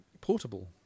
portable